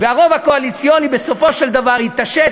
והרוב הקואליציוני בסופו של דבר התעשת